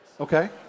Okay